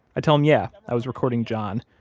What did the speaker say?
i tell him, yeah, i was recording john.